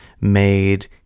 made